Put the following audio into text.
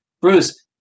Bruce